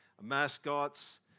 mascots